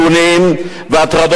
אני נפגשתי היום עם סגנית שר התרבות